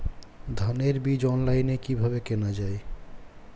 ধানের বীজ অনলাইনে কিভাবে কেনা যায়?